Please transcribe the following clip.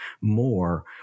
more